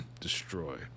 destroy